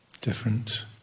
different